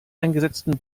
eingesetzten